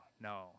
no